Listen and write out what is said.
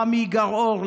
רמי גראור,